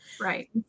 Right